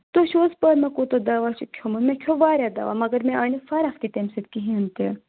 تۄہہِ چھُوٕ حظ پاے مےٚ کوٗتاہ دَوا چھُ کھیوٚمُت مےٚ کھیوٚ واریاہ دوا مگر مےٚ آیہِ نہٕ فرق تہِ تمہِ سۭتۍ کِہیٖنۍ تہِ